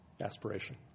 aspiration